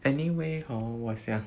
anyway hor 我想